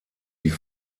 die